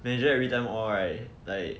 manager everytime all right like